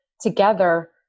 together